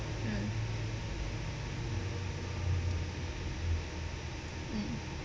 mm mm